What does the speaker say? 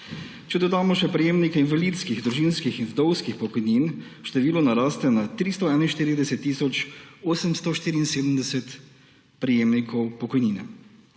Če dodamo še prejemnike invalidskih, družinskih in vdovskih pokojnin, število naraste na 341 tisoč 874 prejemnikov pokojnine.